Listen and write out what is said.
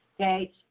Okay